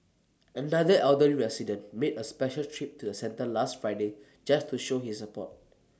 another elderly resident made A special trip to the centre last Friday just to show his support